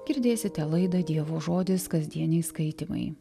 girdėsite laidą dievo žodis kasdieniai skaitymai